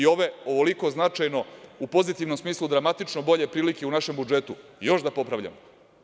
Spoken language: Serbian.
Ove, ovoliko značajne u pozitivnom smislu dramatično bolje, prilike u našem budžetu još da popravljamo.